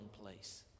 place